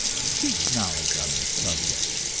seek knowledge on this subject.